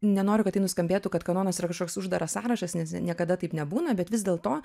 nenoriu kad tai nuskambėtų kad kanonas yra kažkoks uždaras sąrašas nes niekada taip nebūna bet vis dėlto